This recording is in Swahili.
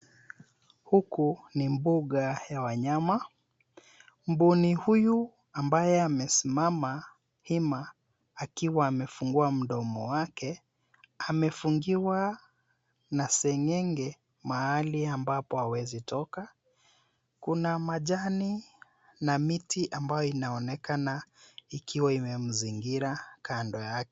Huku ni mbuga ya wanyama. Mbuni huyu ambaye amesimama hima akiwa amefungua mdomo wake, amefungiwa na seng'eng'e mahali ambapo hawezi toka. Kuna majani na miti ambayo inaonekana ikiwa imemzingira kando yake.